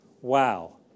Wow